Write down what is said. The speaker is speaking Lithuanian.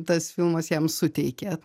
tas filmas jam suteikia